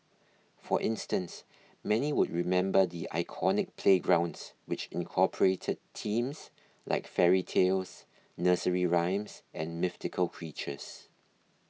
for instance many would remember the iconic playgrounds which incorporated themes like fairy tales nursery rhymes and mythical creatures